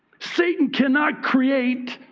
satan cannot create.